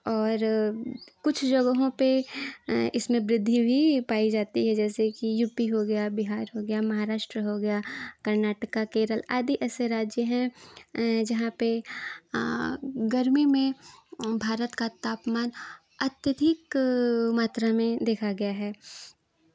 और कुछ जगहों पे इसमें वृद्धि भी पाई जाती है जैसे कि यू पी हो गया बिहार हो गया महाराष्ट्र हो गया कर्नाटका केरल आदि ऐसे राज्य हैं जहाँ पे गर्मी में भारत का तापमान अत्यधिक मात्रा में देखा गया है